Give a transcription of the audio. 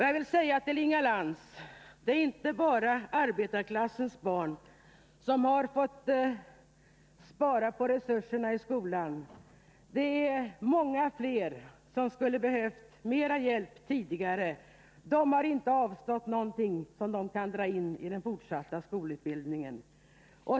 Jag vill säga till Inga Lantz att det inte är bara arbetarklassens barn som har fått minskade resurser i skolan. Det är också många fler som skulle ha behövt mera hjälp tidigare. De har inte levt över sina tillgångar och har ingenting att spara.